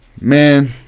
Man